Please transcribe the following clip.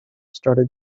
started